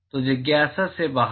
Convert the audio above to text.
तो जिज्ञासा से बाहर